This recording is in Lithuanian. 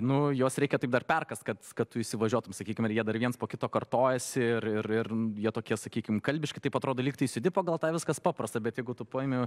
nu jos reikia taip dar perkast kad kad tu įsivažiuotum sakykim marija dar viens po kito kartojasi ir jie tokie sakykim kalbiškai taip atrodo lygtais judi pagal tai viskas paprasta bet jeigu tu paimi